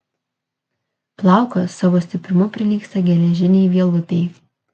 plaukas savo stiprumu prilygsta geležinei vielutei